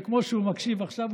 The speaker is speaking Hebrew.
וכמו שהוא מקשיב עכשיו,